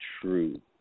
true